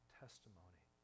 testimony